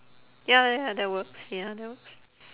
ya ya ya that works ya that works